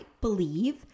believe